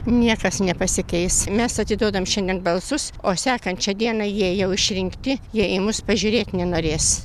niekas nepasikeis mes atiduodam šiandien balsus o sekančią dieną jie jau išrinkti jie į mus pažiūrėt nenorės